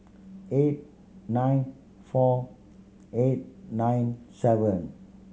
eight nine four eight nine seven